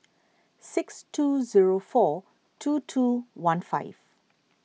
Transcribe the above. six two zero four two two one five